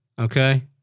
okay